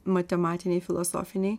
matematiniai filosofiniai